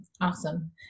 Awesome